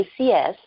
ACS